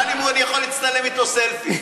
הוא שאל אם אני יכול להצטלם אתו סלפי.